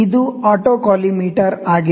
ಇದು ಆಟೋಕಾಲಿಮೇಟರ್ ಆಗಿದೆ